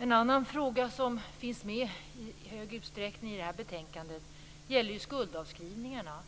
En annan fråga som finns med i det här betänkandet gäller de stora skulder och bristen på skuldavskrivningar